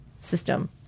system